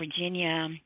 Virginia